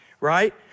right